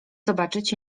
zobaczyć